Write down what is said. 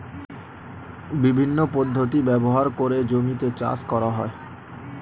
বিভিন্ন পদ্ধতি ব্যবহার করে জমিতে চাষ করা হয়